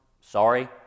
sorry